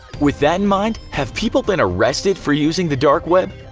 with that in mind, have people been arrested for using the dark web?